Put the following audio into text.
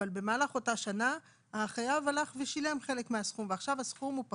אבל במהלך אותה שנה החייב הלך ושילם חלק מהסכום ועכשיו הסכום הוא פחות.